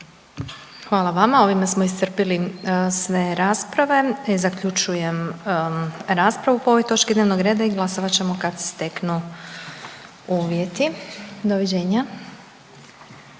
Hvala vama. Ovime smo iscrpili sve rasprave i zaključujem raspravu po ovoj točki dnevnog reda i glasovat ćemo kad se steknu uvjeti. Doviđenja.